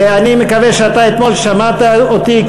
ואני מקווה שאתה אתמול שמעת אותי,